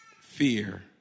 fear